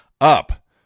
up